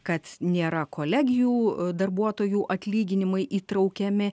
kad nėra kolegijų darbuotojų atlyginimai įtraukiami